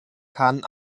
kann